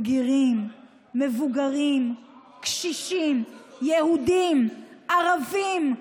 בגירים, מבוגרים, קשישים, יהודים, ערבים,